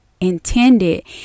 intended